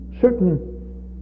certain